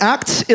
Acts